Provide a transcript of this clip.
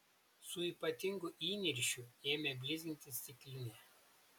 su ypatingu įniršiu ėmė blizginti stiklinę